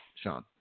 Sean